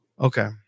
okay